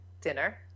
dinner